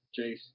Jace